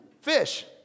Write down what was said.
Fish